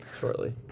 shortly